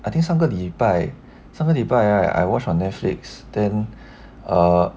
I think 上个礼拜上个礼拜 right I watch on netflix then err